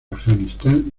afganistán